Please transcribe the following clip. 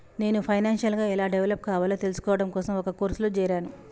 నేను ఫైనాన్షియల్ గా ఎలా డెవలప్ కావాలో తెల్సుకోడం కోసం ఒక కోర్సులో జేరాను